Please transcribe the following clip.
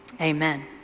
Amen